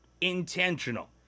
intentional